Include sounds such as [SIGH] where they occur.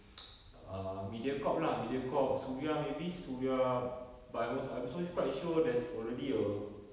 [NOISE] err mediacorp lah mediacorp suria maybe suria but I mo~ I'm also quite sure there's already a